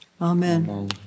Amen